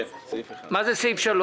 כן, את סעיף 1. מה זה סעיף 3?